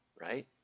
right